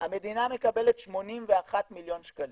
המדינה מקבלת 81 מיליון שקלים.